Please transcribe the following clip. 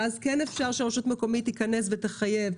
שאז כן אפשר שרשות מקומית תיכנס ותחייב,